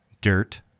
dirt